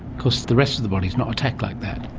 because the rest of the body is not attacked like that.